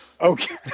Okay